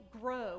grow